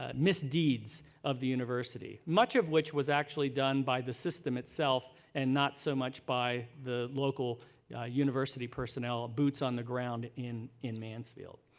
ah misdeeds of the university, much of which was actually done by the system itself and not so much by the local university personnel, boots on the ground in in mansfield.